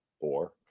Four